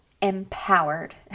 empowered